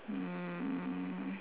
um